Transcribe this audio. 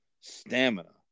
stamina